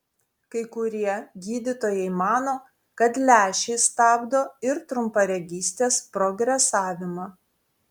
kai kurie gydytojai mano kad lęšiai stabdo ir trumparegystės progresavimą